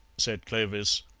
said clovis.